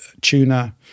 tuna